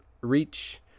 reach